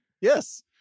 Yes